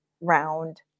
round